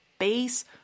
base